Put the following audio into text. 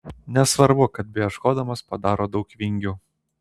nesvarbu kad beieškodamas padaro daug vingių